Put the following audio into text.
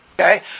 Okay